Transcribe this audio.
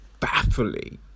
baffling